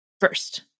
first